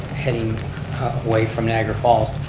heading away from niagara falls.